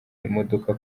imodoka